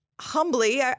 Humbly